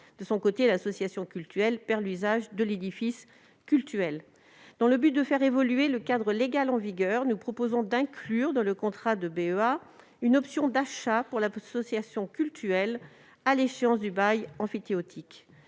De son côté, l'association cultuelle perd alors l'usage de l'édifice cultuel. Dans le but de faire évoluer le cadre légal en vigueur, nous proposons donc d'inclure dans le contrat de BEA une option d'achat de l'édifice par l'association cultuelle à l'échéance du bail emphytéotique.